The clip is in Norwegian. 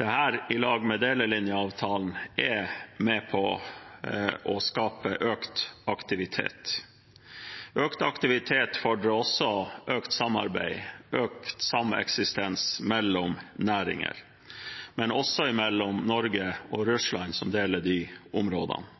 Dette i lag med delelinjeavtalen er med på å skape økt aktivitet. Økt aktivitet fordrer økt samarbeid, økt sameksistens mellom næringer, men også mellom Norge og Russland, som deler de områdene.